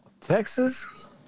Texas